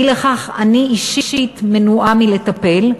אי-לכך, אני אישית מנועה מלטפל,